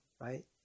right